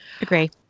Agree